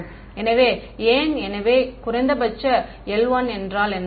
மாணவர் எனவே ஏன் எனவே குறைந்தபட்ச l1 என்றால் என்ன